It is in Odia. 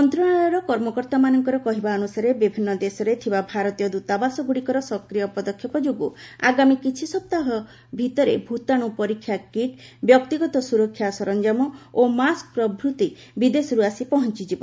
ମନ୍ତ୍ରଣାଳୟର କର୍ମକର୍ତ୍ତାମାନଙ୍କର କହିବା ଅନୁସାରେ ବିଭିନ୍ନ ଦେଶରେ ଥିବା ଭାରତୀୟ ଦୂତାବାସଗୁଡ଼ିକର ସକ୍ରିୟ ପଦକ୍ଷେପ ଯୋଗୁଁ ଆଗାମୀ କିଛି ସପ୍ତାହ ଭିତରେ ଭୂତାଣୁ ପରୀକ୍ଷା କିଟ୍ ବ୍ୟକ୍ତିଗତ ସୁରକ୍ଷା ସରଞ୍ଜାମ ଓ ମାସ୍କ ପ୍ରଭୃତି ବିଦେଶରୁ ଆସି ପହଞ୍ଚବ